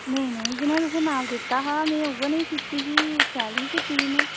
नेईं नेईं जनेहा तुसें माप दित्ता हा में उऐ नेई सीती ही शैल ही सीती दी में